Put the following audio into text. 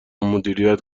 مدیریت